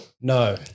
No